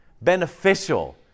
beneficial